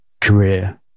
career